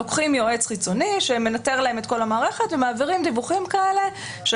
לוקחים יועץ חיצוני שמנתר להם את כל המערכת ומעבירים דיווחים כאלה של